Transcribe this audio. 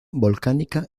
volcánica